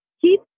keep